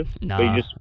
No